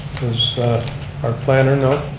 does our planner know?